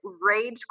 rage